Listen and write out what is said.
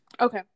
Okay